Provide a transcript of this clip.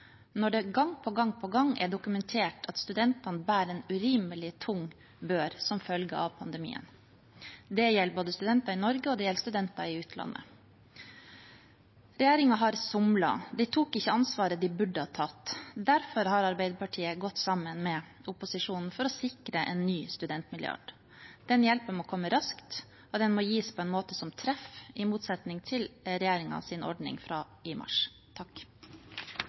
når det gang på gang er dokumentert at studentene bærer en urimelig tung bør som følge av pandemien? Det gjelder studenter både i Norge og i utlandet. Regjeringen har somlet. De tok ikke det ansvaret de burde ha tatt. Derfor har Arbeiderpartiet gått sammen med resten av opposisjonen for å sikre en ny studentmilliard. Den hjelpen må komme raskt, og den må gis på en måte som treffer – i motsetning til regjeringens ordning fra mars i